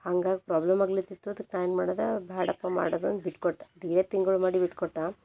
ಹಂಗಾಗಿ ಪ್ರಾಬ್ಲಮ್ ಆಗ್ಲತ್ತಿತ್ತು ಅದಕ್ಕೆ ನಾನು ಏನು ಮಾಡಿದೆ ಬೇಡಪ್ಪ ಮಾಡೋದು ಅಂದು ಬಿಟ್ಕೊಟ್ಟೆ ದೀಡ ತಿಂಗ್ಳು ಮಾಡಿ ಬಿಟ್ಕೊಟ್ಟೆ